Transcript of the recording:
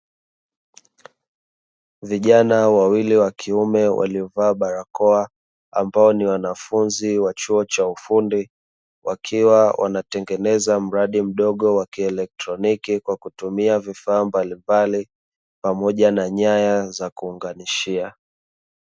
Vijana wawili wa kiume waliovaa barakoa ambao ni wanafunzi wa chuo cha ufundi, wakiwa wanatengeneza mradi mdogo wa kieletroniki kwa kutumia vifaa mbalimbali pamoja na nyaya za kuunganishia.